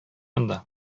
монда